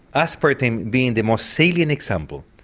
aspartame being the most salient example,